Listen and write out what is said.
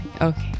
okay